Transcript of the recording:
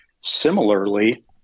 Similarly